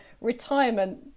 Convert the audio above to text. retirement